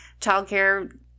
childcare